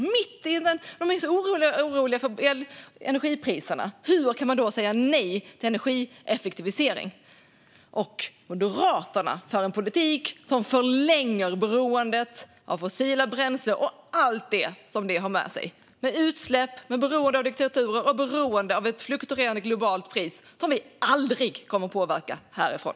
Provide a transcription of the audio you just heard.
Om de är så oroliga för elpriserna, hur kan de då säga nej till energieffektivisering? Moderaterna för också en politik som förlänger beroendet av fossila bränslen och allt som det för med sig av utsläpp, beroende av diktaturer och beroende av ett fluktuerande globalt pris som vi aldrig kommer att påverka härifrån.